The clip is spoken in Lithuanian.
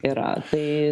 yra tai